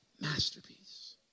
masterpiece